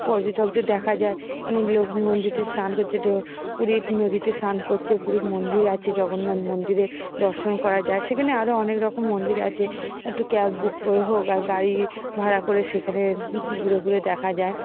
পর্যটকদের দেখা যায় অনেক লোক নদীতে স্নান করছে ঢেউ পুরীর নদীতে স্নান করছে পুরীর মন্দির আছে জগন্নাথ মন্দিরে দর্শন করা যায় সেখানে আরও অনেক রকম মন্দির আছে একটু ক্যাব বুক করে হোক আর গাড়ি ভাড়া করে সেখানে ঘুরে ঘুরে দেখা যায়